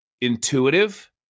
intuitive